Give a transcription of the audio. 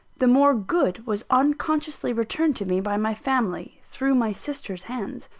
the more good was unconsciously returned to me by my family, through my sister's hands.